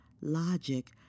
logic